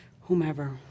whomever